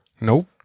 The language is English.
Nope